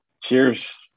Cheers